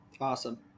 Awesome